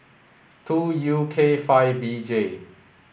two U K five B J